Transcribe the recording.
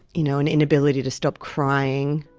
you know an inability to stop crying,